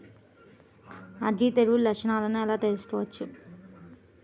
అగ్గి తెగులు లక్షణాలను ఎలా తెలుసుకోవచ్చు?